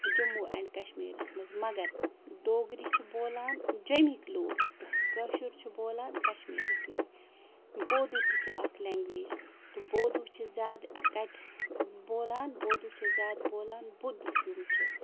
Jammu and کَشمیٖرَس منٛز مگر ڈوگری چھِ بولان جیٚمِکۍ لوٗکھ تہٕ کٲشُر چھُ بولان کَشمیٖرٕکۍ لُکۍ بودھوٗ تہِ چھِ اَکھ لینٛگویج تہٕ بودھوٗ چھِ زیادٕ کَتہِ بولان بودھوٗ چھِ زیادٕ بولان بُدھٕز یِم چھِ